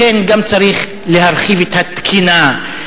לכן גם צריך להרחיב את התקינה.